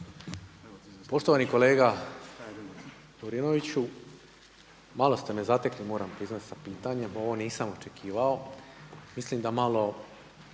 Poštovani kolega Lovrinoviću, malo ste me zatekli moram priznati sa pitanjem, ovo nisam očekivao. Mislim da malo